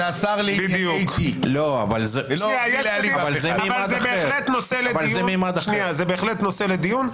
עם השר לענייני --- זה בהחלט נושא לדיון.